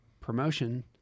promotion